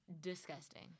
disgusting